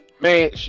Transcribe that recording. Man